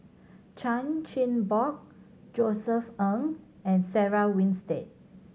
Chan Chin Bock Josef Ng and Sarah Winstedt